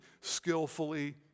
skillfully